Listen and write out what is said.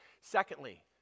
Secondly